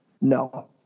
No